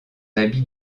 habit